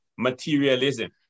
materialism